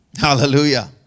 Hallelujah